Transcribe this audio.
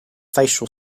facial